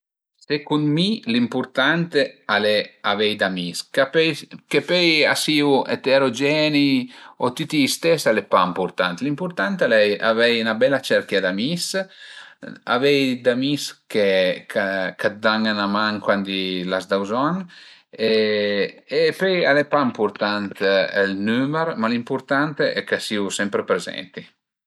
Secund mi l'impurtant al e avei d'amis, che pöi a sìu eterogenei o tüti i stes al e pa ëmpurtant, l'ëmpurtant al e avei 'na bela cerchia d'amis, avei d'amis che ch'a t'dan 'na man cuandi l'ad da bëzogn e pöi al e pa ëmpurtant ël nümer, ma l'ëmpurtant al e ch'a sìu sempre prezenti